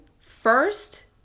first